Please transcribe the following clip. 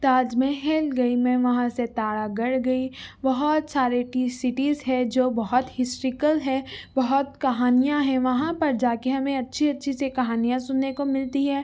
تاج محل گئی میں وہاں سے تارا گڑھ گئی بہت سارے ٹی سیٹیز ہے جو بہت ہسٹریکل ہے بہت کہانیاں ہیں وہاں پر جا کے ہمیں اچّھی اچّھی سی کہانیاں سننے کو ملتی ہے